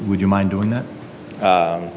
would you mind doing that